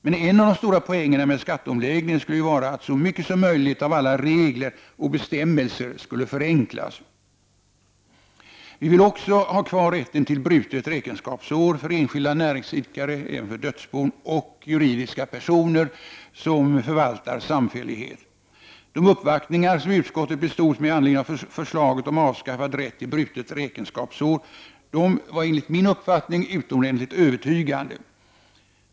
Men en av de stora poängerna med skatteomläggningen skulle ju vara att så mycket som möjligt av alla regler och bestämmelser skulle förenklas. Vi vill också ha kvar rätten till brutet räkenskapsår för enskilda näringsidkare, dödsbon och juridiska personer som förvaltar samfällighet. De uppvaktningar som utskottet bestods med med anledning av förslaget om avskaffad rätt till brutet räkenskapsår var enligt min uppfattning utomordentligt övertygande.